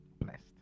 blessed